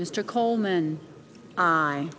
mr coleman